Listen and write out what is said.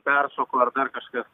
peršoko ar dar kažkas